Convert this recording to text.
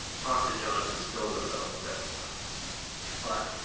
talk to jonathan stillman about what that's about but